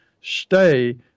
stay